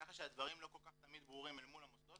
כך שהדברים לא כל כך תמיד ברורים אל מול המוסדות,